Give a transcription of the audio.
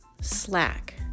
Slack